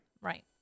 Right